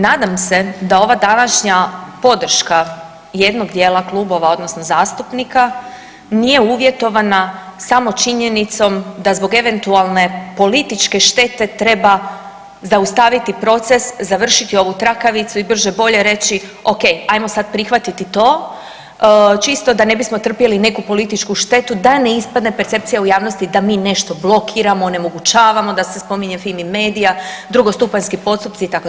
Nadam se da ova današnja podrška jednog dijela klubova odnosno zastupnika nije uvjetovana samo činjenicom da zbog eventualne političke štete treba zaustaviti proces, završiti ovu trakavicu i brže bolje reći, okej, ajmo sad prihvatiti to, čisto da ne bismo trpjeli neku političku štetu da ne ispadne percepcija u javnosti da mi nešto blokiramo, onemogućavamo, da se spominje FIMI medija, drugostupanjski postupci, itd.